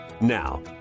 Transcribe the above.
Now